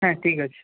হ্যাঁ ঠিক আছে